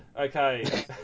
Okay